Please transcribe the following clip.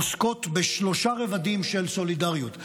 עוסקות בשלושה רבדים של סולידריות: